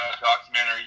documentary